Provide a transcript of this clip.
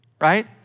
right